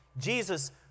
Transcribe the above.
Jesus